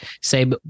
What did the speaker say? say